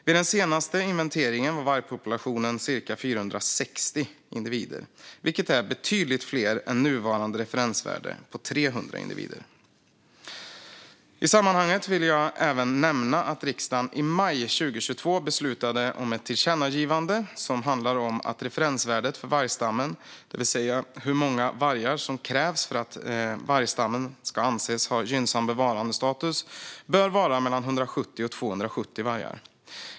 Vid den senaste inventeringen var vargpopulationen cirka 460 individer, vilket är betydligt fler än nuvarande referensvärde på 300 individer. I sammanhanget vill jag även nämna att riksdagen i maj 2022 beslutade om ett tillkännagivande som handlar om att referensvärdet för vargstammen - det vill säga hur många vargar som krävs för att vargstammen ska anses ha gynnsam bevarandestatus - bör vara mellan 170 och 270 vargar.